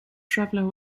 traveller